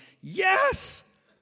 yes